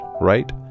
right